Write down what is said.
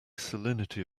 salinity